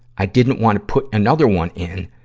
i didn't want to put another one in,